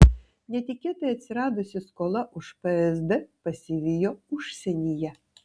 netikėtai atsiradusi skola už psd pasivijo užsienyje